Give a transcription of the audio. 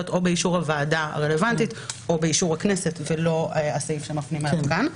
או באישור הוועדה הרלוונטית או באישור הכנסת ולא הסעיף שמפנים אליו כאן.